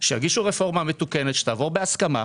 שיגישו רפורמה מתוקנת שתעבור בהסכמה.